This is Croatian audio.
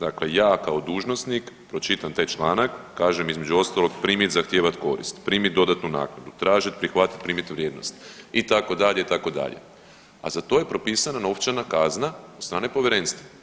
Dakle, ja kao dužnosnik pročitam taj članak i kažem između ostalog primit i zahtijevat korist, primit dodatnu naknadu, tražit i prihvatit i primit vrijednost itd. itd., a za to je propisana novčana kazna od strane povjerenstva.